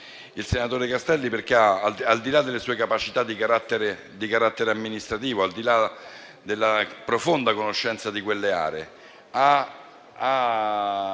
il senatore Castelli. Al di là delle sue capacità di carattere amministrativo e della profonda conoscenza di quelle aree, ha